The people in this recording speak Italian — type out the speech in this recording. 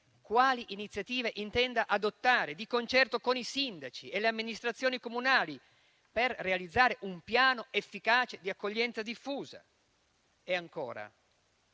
quali iniziative intenda adottare, di concerto con i sindaci e le amministrazioni comunali, per realizzare un piano efficace di accoglienza diffusa. E, ancora,